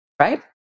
right